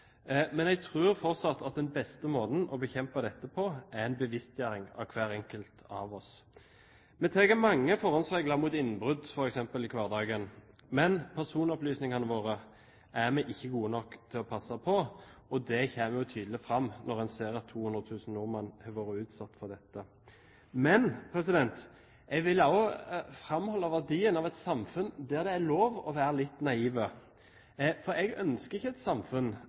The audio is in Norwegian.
Men jeg tror fortsatt at den beste måten å bekjempe dette på, er en bevisstgjøring hos hver enkelt av oss. Vi tar mange forholdsregler mot f.eks. innbrudd i hverdagen, men personopplysningene våre er vi ikke gode nok til å passe på. Det kommer tydelig fram når en ser at 200 000 nordmenn har vært utsatt for dette. Men jeg vil også framholde verdien av et samfunn der det er lov å være litt naiv. Jeg ønsker ikke et samfunn